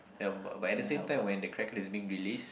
but but at the same time when the Kraken is being released